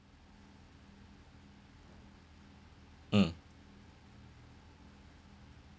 mm